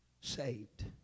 saved